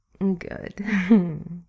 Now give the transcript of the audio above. Good